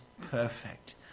perfect